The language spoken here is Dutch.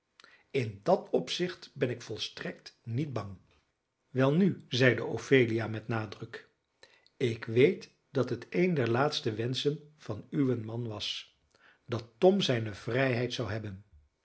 in dat opzicht ben ik volstrekt niet bang welnu zeide ophelia met nadruk ik weet dat het een der laatste wenschen van uwen man was dat tom zijne vrijheid zou hebben